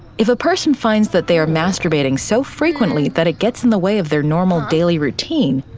if a person finds that they are masturbating so frequently that it gets in the way of their normal daily routine,